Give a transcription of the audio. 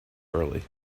early